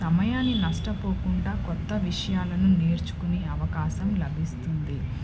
సమయాన్ని నష్టపోకుండా కొత్త విషయాలను నేర్చుకునే అవకాశం లభిస్తుంది